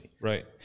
Right